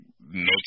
makes